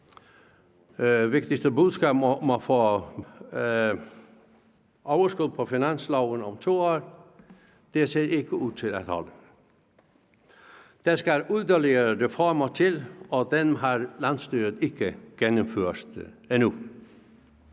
vigtigste budskab om at få overskud på finansloven om 2 år ikke ser ud til at holde. Der skal yderligere reformer til, og dem har landsstyret ikke gennemført endnu.